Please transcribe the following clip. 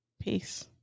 Peace